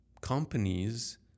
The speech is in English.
companies